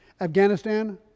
Afghanistan